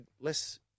less